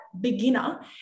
beginner